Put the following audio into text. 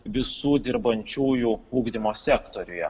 visų dirbančiųjų ugdymo sektoriuje